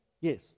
Yes